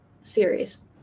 series